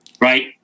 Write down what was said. right